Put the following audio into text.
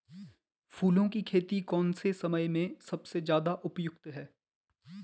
फूलों की खेती कौन से समय में सबसे ज़्यादा उपयुक्त है?